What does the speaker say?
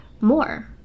more